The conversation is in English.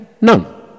none